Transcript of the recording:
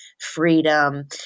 freedom